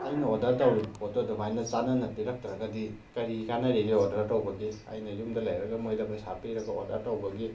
ꯑꯩꯅ ꯑꯣꯔꯗꯔ ꯇꯧꯔꯤ ꯄꯣꯠꯇꯣ ꯑꯗꯨꯃꯥꯏꯅ ꯆꯥꯅꯅ ꯄꯤꯔꯛꯇ꯭ꯔꯒꯗꯤ ꯀꯔꯤ ꯀꯥꯟꯅꯔꯤꯒꯦ ꯑꯣꯔꯗꯔ ꯇꯧꯕꯒꯤ ꯑꯩꯅ ꯌꯨꯝꯗ ꯂꯩꯔꯒ ꯃꯣꯏꯗ ꯄꯩꯁꯥ ꯄꯤꯔꯒ ꯑꯣꯔꯗꯔ ꯇꯧꯕꯒꯤ